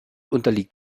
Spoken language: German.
unterliegt